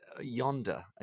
yonder